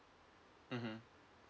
mmhmm